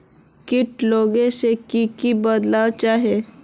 किट लगाले से की की बदलाव होचए?